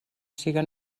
siga